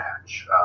match